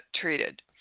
treated